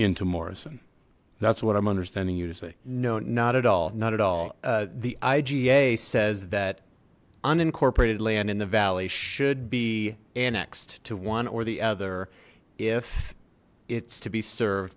into morrison that's what i'm understanding you to say no not at all not at all the iga says that unincorporated land in the valley should be annexed to one or the other if it's to be served